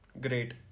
Great